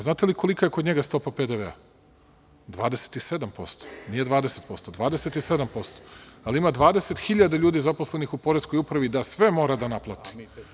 Znate li, kolika je kod njega stopa PDV – 27%, nije 20%, 27%, ali ima 20 hiljada ljudi zaposlenih u poreskoj upravi da sve mora da naplati.